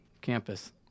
campus